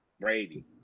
Brady